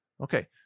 Okay